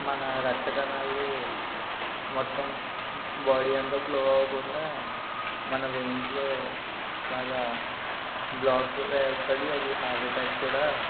మన రక్తకణాలు మొత్తం బాడీ అంతా ఫ్లో అవకుండా మన వెయిన్స్లో అలాగ బ్లాక్లు ఏర్పడి అది హార్ట్ అటాక్ కూడా